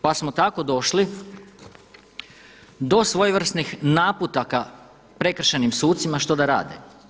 Pa smo tako došli do svojevrsnih naputaka prekršajnim sucima što da rade.